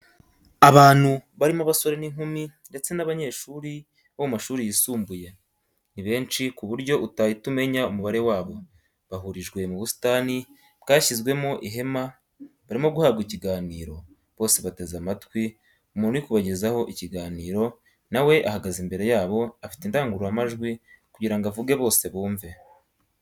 Abantu barimo abasore n'inkumi ndetse n'abanyeshuri bo mu mashuri yisumbuye ni benshi ku buryo utahita umenya umubare wabo, bahurijwe mu busitani bwashyizwemo ihema ,barimo guhabwa ikiganiro , bose bateze amatwi umuntu uri kubagezaho ikiganiro nawe ahagaze imbere yabo afite indangururamajwi kugirango avuge bose bumve.